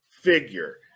figure